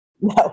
No